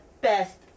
best